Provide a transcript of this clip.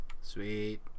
Sweet